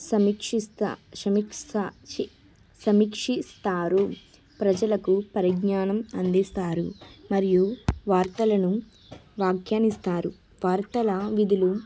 సమీక్షిస్తా సమీక్ష్య చీ సమీక్షిస్తారు ప్రజలకు పరిజ్ఞానం అందిస్తారు మరియు వార్తలను వాక్యానిస్తారు వార్తల విధులు